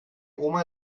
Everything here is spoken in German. oma